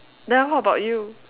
then how about you